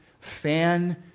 fan